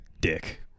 dick